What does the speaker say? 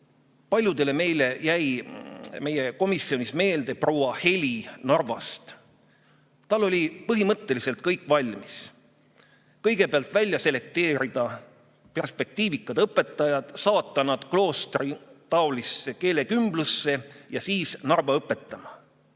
paljudele meile jäi meie komisjonis meelde proua Heli Narvast. Tal oli põhimõtteliselt kõik valmis: kõigepealt välja selekteerida perspektiivikad õpetajad, saata nad kloostritaolisse keelekümblusesse ja siis Narva õpetama.